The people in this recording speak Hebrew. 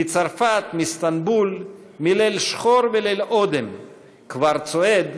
/ מצרפת, מסטמבול, מליל שחור וליל אודם / כבר צועד